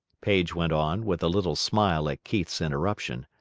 paige went on, with a little smile at keith's interruption,